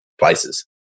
places